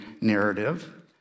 narrative